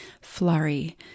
flurry